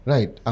Right